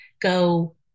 go